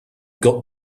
got